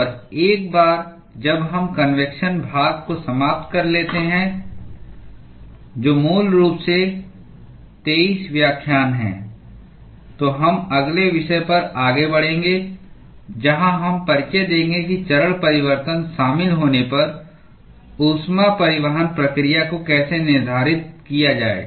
और एक बार जब हम कन्वेक्शन भाग को समाप्त कर लेते हैं जो मूल रूप से 23 व्याख्यान है तो हम अगले विषय पर आगे बढ़ेंगे जहां हम परिचय देंगे कि चरण परिवर्तन शामिल होने पर ऊष्मा परिवहन प्रक्रिया को कैसे निर्धारित किया जाए